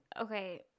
okay